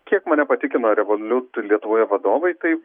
kiek mane patikino revoliut lietuvoje vadovai tai